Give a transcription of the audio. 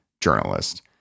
journalist